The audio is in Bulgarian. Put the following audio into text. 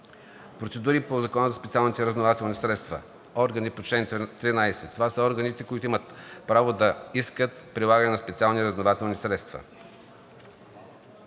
Процедури по Закона за специалните разузнавателни средства. Органи по член 13. Това са органите, които имат право да искат прилагане на специални разузнавателни средства.